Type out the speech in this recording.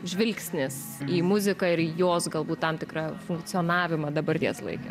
žvilgsnis į muziką ir jos galbūt tam tikrą funkcionavimą dabarties laike